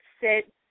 sit